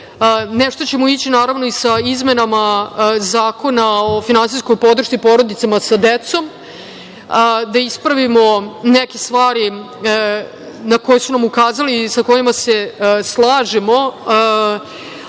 Nešto ćemo ići, naravno, i sa izmenama Zakona o finansijskoj podršci porodicama sa decom i da ispravimo neke stvari na koje su nam ukazali i sa kojima se slažemo.